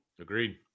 Agreed